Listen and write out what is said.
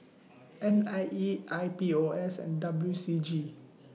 N I E I P O S and W C G